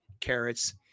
carrots